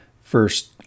first